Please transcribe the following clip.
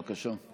בבקשה.